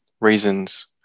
Reasons